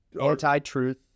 anti-truth